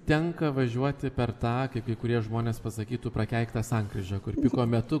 tenka važiuoti per tą kaip kai kurie žmonės pasakytų prakeiktą sankryžą kur piko metu